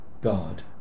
God